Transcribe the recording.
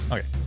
Okay